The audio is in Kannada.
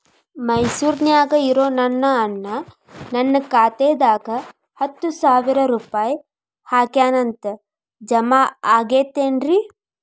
ಮೈಸೂರ್ ನ್ಯಾಗ್ ಇರೋ ನನ್ನ ಅಣ್ಣ ನನ್ನ ಖಾತೆದಾಗ್ ಹತ್ತು ಸಾವಿರ ರೂಪಾಯಿ ಹಾಕ್ಯಾನ್ ಅಂತ, ಜಮಾ ಆಗೈತೇನ್ರೇ?